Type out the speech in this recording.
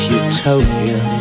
utopia